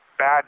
Bad